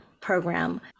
program